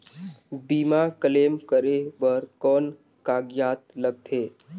बीमा क्लेम करे बर कौन कागजात लगथे?